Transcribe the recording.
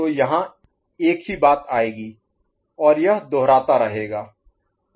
तो यहाँ एक ही बात आएगी और यह दोहराता रहेगा